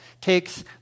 takes